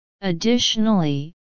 Additionally